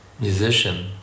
musician